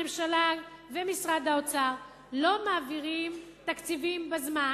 הממשלה ומשרד האוצר לא מעבירים תקציבים בזמן,